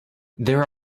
there